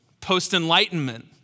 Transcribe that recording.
post-enlightenment